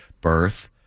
birth